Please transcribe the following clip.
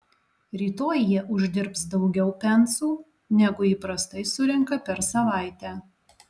rytoj jie uždirbs daugiau pensų negu įprastai surenka per savaitę